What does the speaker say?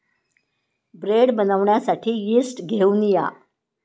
bread बनवण्यासाठी yeast घेऊन या